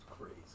crazy